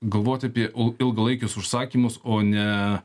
galvot apie ilgalaikius užsakymus o ne